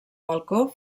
balcó